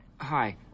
hi